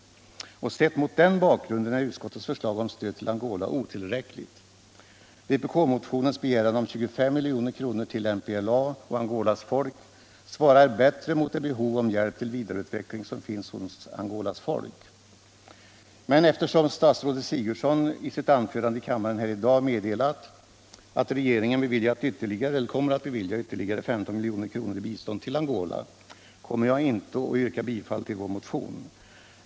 Sett mot den bakgrunden är utskottets förslag om stöd till Angola otillräckligt. Vpkmotionens begäran om 25 milj.kr. till MPLA och Angolas folk svarar bättre mot det behov av hjälp till vidareutveckling som finns hos Angolas folk. Eftersom statsrådet Sigurdsen i sitt anförande här i dag i kammaren meddelat att regeringen kommer att bevilja ytterligare 15 milj.kr. i bistånd till Angola, kommer jag emellertid inte att yrka bifall till vår motion.